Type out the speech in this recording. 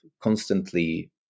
constantly